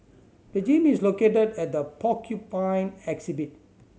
the gym is located at the Porcupine exhibit